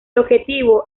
objetivo